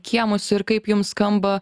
kiemus ir kaip jums skamba